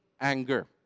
anger